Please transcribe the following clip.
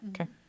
Okay